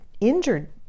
injured